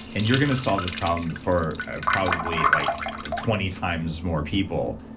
and you're going to solve this problem for ah probably like twenty times more people,